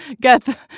get